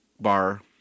Bar